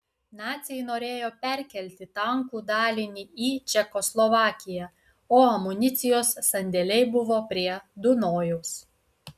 naciai norėjo perkelti tankų dalinį į čekoslovakiją o amunicijos sandėliai buvo prie dunojaus